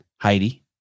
Heidi